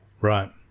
Right